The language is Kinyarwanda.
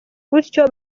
gutyo